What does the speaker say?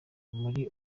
muri